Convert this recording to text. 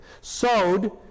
Sowed